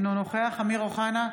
אינו נוכח אמיר אוחנה,